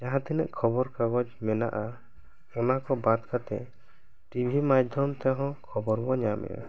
ᱡᱟᱦᱟᱸ ᱛᱤᱱᱟᱹᱜ ᱠᱷᱚᱵᱚᱨ ᱠᱟᱜᱚᱡᱽ ᱢᱮᱱᱟᱜᱼᱟ ᱚᱱᱟ ᱠᱚ ᱵᱟᱫᱽ ᱠᱟᱛᱮ ᱴᱤᱵᱷᱤ ᱢᱟᱫᱽᱫᱷᱭᱚᱢ ᱛᱮ ᱦᱚᱸ ᱠᱷᱚᱵᱚᱨ ᱵᱚᱱ ᱧᱟᱢ ᱮᱫᱼᱟ